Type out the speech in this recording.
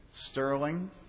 Sterling